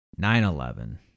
9-11